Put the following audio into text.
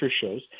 shows